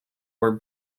were